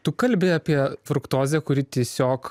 tu kalbi apie fruktozę kuri tiesiog